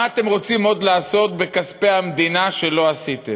מה אתם רוצים עוד לעשות בכספי המדינה, שלא עשיתם?